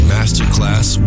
Masterclass